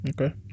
Okay